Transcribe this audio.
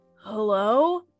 Hello